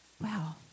Wow